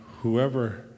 whoever